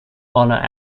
honor